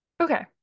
okay